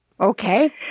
Okay